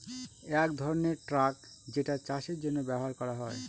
এক ধরনের ট্রাক যেটা চাষের জন্য ব্যবহার করা হয়